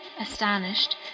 Astonished